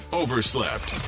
overslept